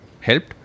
helped